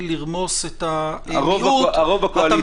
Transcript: לדרוס את המיעוט -- הרוב זה הקואליציה.